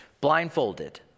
blindfolded